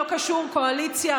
לא קשור לקואליציה,